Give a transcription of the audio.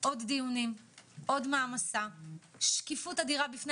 עוד דיונים ועוד מעמסה וגם שקיפות אדירה בפני